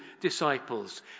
disciples